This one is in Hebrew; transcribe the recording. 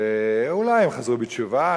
ואולי הם חזרו בתשובה,